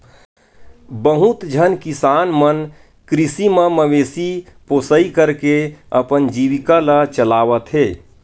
बहुत झन किसान मन कृषि म मवेशी पोसई करके अपन जीविका ल चलावत हे